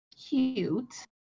cute